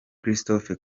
christophe